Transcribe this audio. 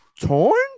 torn